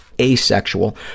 asexual